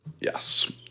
Yes